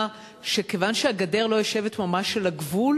שכיוון שהגדר לא יושבת ממש על הגבול,